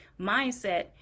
mindset